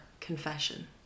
confession